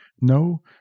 no